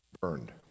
burned